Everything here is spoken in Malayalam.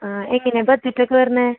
ആ എങ്ങനെയാണ് ബഡ്ജറ്റൊക്കെ വരണത്